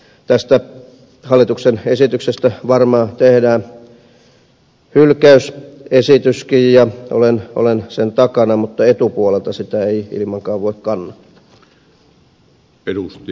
tästä hallituksen esityksestä varmaan tehdään hylkäysesityskin ja olen sen takana mutta etupuolelta sitä ei ilmankaan voi kannattaa